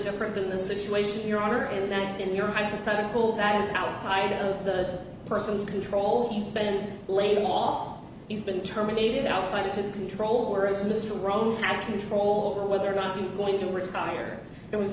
different than the situation you're under in that in your hypothetical that is outside of the person's control he's been laid off he's been terminated outside his control or as mr wrong and control over whether or not he's going to retire there was